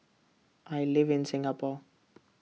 I live in Singapore